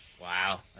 Wow